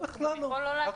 בכלל לא.